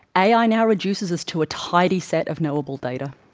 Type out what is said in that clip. ai now reduces us to a tidy set of knowable data.